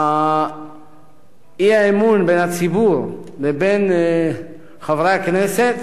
אי-האמון בין הציבור לבין חברי הכנסת